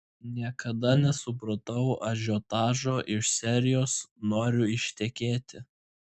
niekada nesupratau ažiotažo iš serijos noriu ištekėti